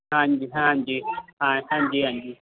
ਹਾਂਜੀ ਹਾਂਜੀ ਹਾ ਹਾਂਜੀ ਹਾਂਜੀ